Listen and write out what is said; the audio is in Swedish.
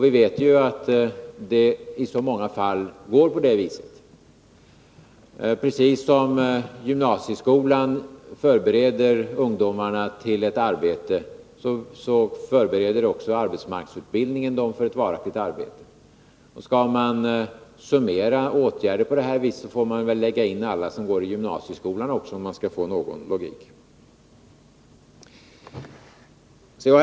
Vi vet ju att det i så många fall blir på det viset. Precis som gymnasieskolan förbereder ungdomarna för ett arbete, så förbereder också arbetsmarknadsutbildningen dem för ett varaktigt arbete. Skall man summera åtgärder på det här viset och få någon riktig logik, får man väl också ta med alla som går i gymnasieskolan. C.-H.